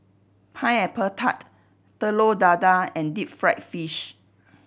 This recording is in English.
Pineapple Tart Telur Dadah and deep fried fish